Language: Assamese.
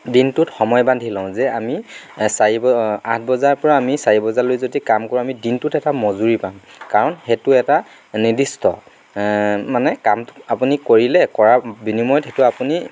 দিনটোত সময় বান্ধি লওঁ যে আমি চাৰি আঠ বজাৰ পৰা আমি চাৰি বজালৈ যদি কাম কৰোঁ আমি দিনটোত এটা মজুৰি পাম কাৰণ সেইটো এটা নিৰ্দিষ্ট মানে কাম আপুনি কৰিলে কৰাৰ বিনিময়ত সেইটো আপুনি